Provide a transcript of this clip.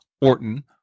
Orton